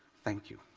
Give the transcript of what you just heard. thank you.